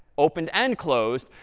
opened and closed.